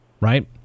right